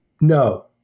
No